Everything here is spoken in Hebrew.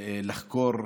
לחקור,